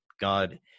God